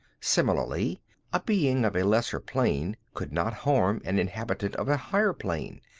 similarly a being of a lesser plane could not harm an inhabitant of a higher plane.